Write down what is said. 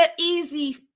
easy